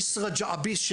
אסראא ג'עביס,